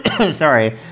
Sorry